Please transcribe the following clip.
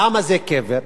למה זה קבר?